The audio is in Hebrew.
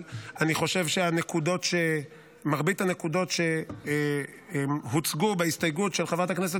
אני חושב שמרבית הנקודות שהוצגו בהסתייגות של חברת הכנסת